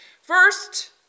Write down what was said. First